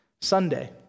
Sunday